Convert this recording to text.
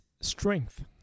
strength